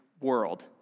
world